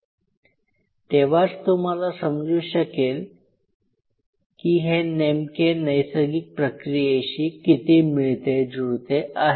तेव्हाच तुम्हाला समजू शकेल की हे नेमके नैसर्गिक प्रक्रियेशी किती मिळतेजुळते आहे